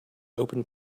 open